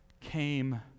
came